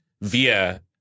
via